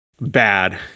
bad